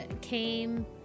came